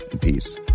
Peace